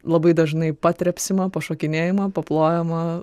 labai dažnai patrepsima pašokinėjama paplojama